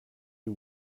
you